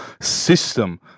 system